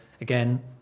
Again